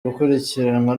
gukurikiranwa